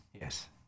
Yes